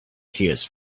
tears